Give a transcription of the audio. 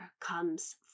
comes